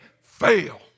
fail